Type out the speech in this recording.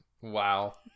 Wow